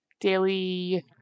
daily